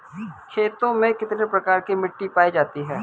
खेतों में कितने प्रकार की मिटी पायी जाती हैं?